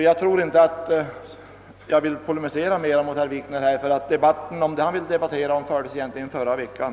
Jag tror inte att jag vill polemisera mera mot herr Wikner. Debatten om: det han. egentligen vill diskutera fördes ju förra veckan!